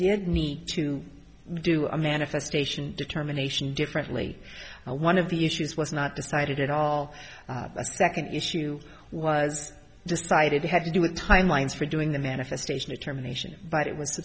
did need to do a manifestation determination differently and one of the issues was not decided at all a second issue was decided they had to do with time lines for doing the manifestation of terminations but it was